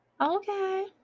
Okay